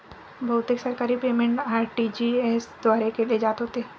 बहुतेक सरकारी payment RTGS द्वारे केले जात होते